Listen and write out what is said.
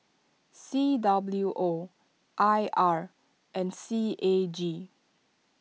C W O I R and C A G